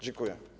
Dziękuję.